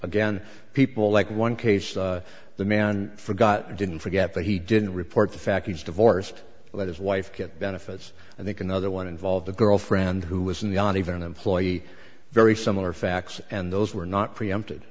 again people like one case the man forgot didn't forget that he didn't report the fact he's divorced let his wife get benefits i think another one involved a girlfriend who was in the on even an employee very similar facts and those were not preempted